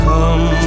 Come